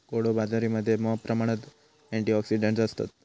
कोडो बाजरीमध्ये मॉप प्रमाणात अँटिऑक्सिडंट्स असतत